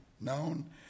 known